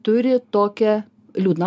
turi tokią liūdną